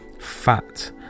fat